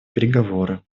переговоры